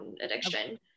addiction